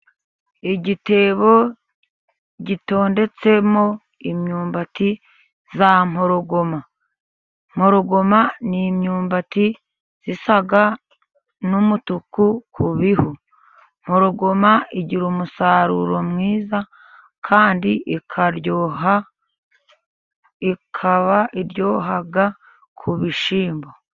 Igitebo gitondetsemo imyumbati ya mporogoma, mporogoma ni imyumbati isa n'umutuku ku bihu, mporogoma igira umusaruro mwiza kandi ikaryoha, ikaba iryoha ku bishyimbo.